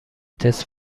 تست